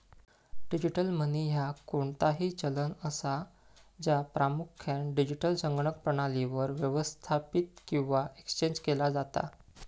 digital money ह्या कोणताही चलन असा, ज्या प्रामुख्यान डिजिटल संगणक प्रणालीवर व्यवस्थापित किंवा एक्सचेंज केला जाता